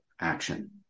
action